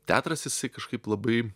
teatras jisai kažkaip labai